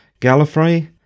Gallifrey